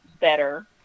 better